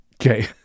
Okay